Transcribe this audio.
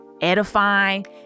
edifying